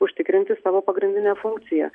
užtikrinti savo pagrindinę funkciją